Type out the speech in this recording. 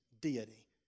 deity